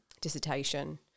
dissertation